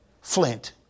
Flint